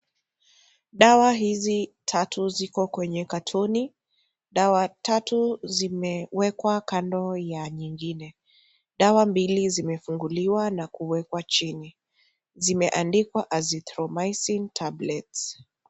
Dawa hizi tatu ziko kwenye katoni dawa tatu zimewekwa kando ya nyingine dawa mbili zimefunguliwa na kuwekwa chini zimeandikwa Azithromycin tablet.